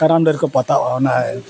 ᱠᱟᱨᱟᱢ ᱰᱟᱹᱨᱠᱚ ᱯᱟᱛᱟᱜᱼᱟ ᱚᱱᱟ